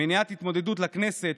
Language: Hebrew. מניעת התמודדות לכנסת,